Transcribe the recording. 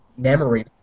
memory